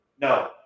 No